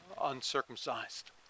uncircumcised